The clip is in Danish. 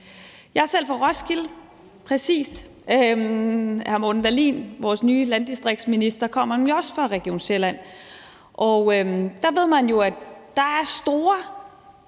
Jeg er selv fra Roskilde, og vores nye landdistriktsminister kommer også fra Region Sjælland, og der ved man jo, at der er store